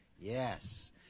yes